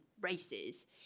races